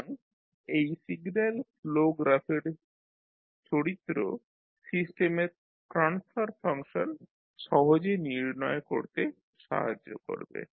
সুতরাং এই signal flow গ্রাফের চরিত্র সিস্টেমের ট্রান্সফার ফাংশন সহজে নির্ণয় করতে সাহায্য করবে